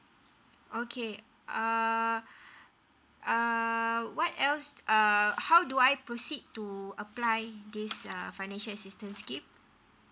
okay uh err what else uh how do I proceed to apply this uh financial assistance scheme